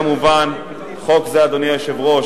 וכמובן, חוק זה, אדוני היושב-ראש,